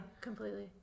completely